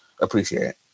appreciate